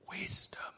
wisdom